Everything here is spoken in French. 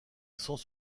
sans